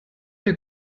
der